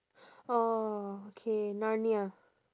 oh okay narnia